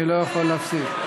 אני לא יכול להפסיק.